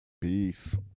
peace